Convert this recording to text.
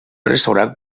restaurant